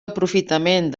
aprofitament